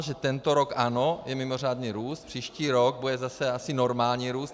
Že tento rok ano, je mimořádný růst, příští rok bude zase asi normální růst.